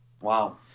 Wow